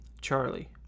Charlie